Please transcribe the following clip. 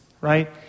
right